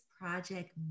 project